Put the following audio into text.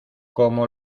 como